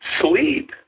sleep